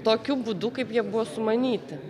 tokiu būdu kaip jie buvo sumanyti